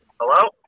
Hello